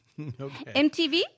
MTV